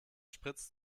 spritzt